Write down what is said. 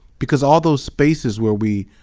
because all those spaces where we